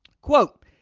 Quote